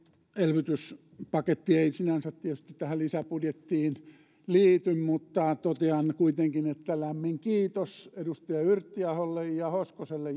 elvytyspaketti ei sinänsä tietysti tähän lisäbudjettiin liity mutta totean kuitenkin että lämmin kiitos edustaja yrttiaholle ja hoskoselle